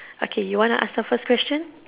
okay you want to ask the first question